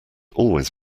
always